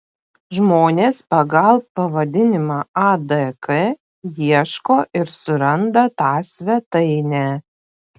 žmonės pagal pavadinimą adk ieško ir suranda tą svetainę